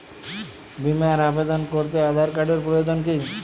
বিমার আবেদন করতে আধার কার্ডের প্রয়োজন কি?